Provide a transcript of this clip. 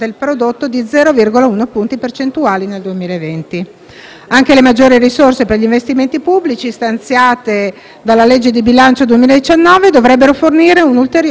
punti percentuali nel 2020. Anche le maggiori risorse per gli investimenti pubblici stanziate dalla legge di bilancio 2019 dovrebbero fornire un ulteriore stimolo alla domanda.